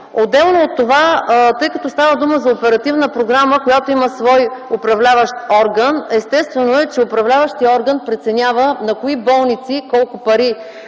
Отделно от това, тъй като става дума за оперативна програма, която има свой управляващ орган, естествено е, че управляващият орган преценява на кои болници, колко пари